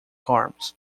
arms